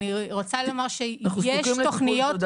אני רוצה לומר שיש תוכניות -- אנחנו זקוקים לטיפול,